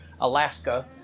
Alaska